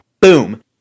Boom